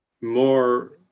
more